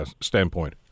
standpoint